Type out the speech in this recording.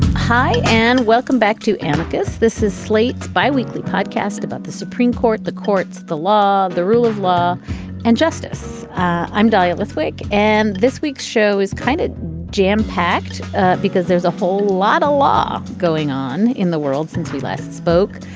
hi and welcome back to amicus. this is slate's biweekly podcast about the supreme court the courts the law the rule of law and justice. i'm dahlia lithwick and this week's show is kind of jam packed because there's a whole lot of law going on in the world since we last spoke.